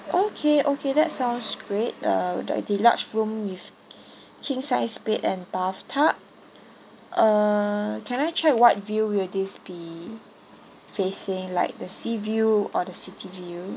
okay okay that sounds great uh the the large room with king size bed and bath tub uh can I check what view will this be facing like the sea view or the city view